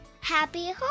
Happy